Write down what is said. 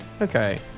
Okay